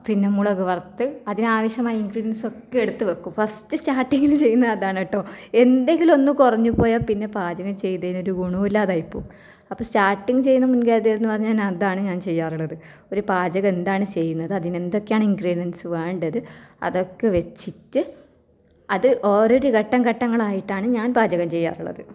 പിന്നെ മുളക് വറുത്ത് അതിനാവശ്യമായ ഇൻഗ്രീഡിയൻസ് ഒക്കെ എടുത്ത് വയ്ക്കും ഫസ്റ്റ് സ്റ്റാർട്ടിങ്ങിൽ ചെയ്യുന്നത് അതാണ് കേട്ടോ എന്തെങ്കിലും ഒന്ന് കുറഞ്ഞ് പോയാൽ പിന്നെ പാചകം ചെയ്തതിന് ഒരു ഗുണവും ഇല്ലാതായി പോവും അപ്പോൾ സ്റ്റാർട്ടിങ് ചെയ്യുന്ന മുൻകരുതൽ എന്ന് പറഞ്ഞാൽ ഞാൻ അതാണ് ഞാൻ ചെയ്യാറുള്ളത് ഒരു പാചകം എന്താണ് ചെയ്യുന്നത് അതിനെന്തൊക്കെയാണ് ഇൻഗ്രീഡിയൻസ് വേണ്ടത് അതൊക്കെ വെച്ചിട്ട് അത് ഓരോരോ ഘട്ടം ഘട്ടങ്ങളായിട്ടാണ് ഞാൻ പാചകം ചെയ്യാറുള്ളത്